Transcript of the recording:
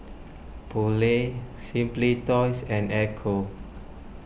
Poulet Simply Toys and Ecco